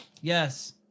Yes